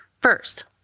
First